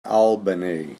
albany